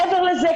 מעבר לזה,